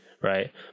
right